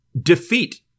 defeat